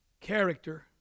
character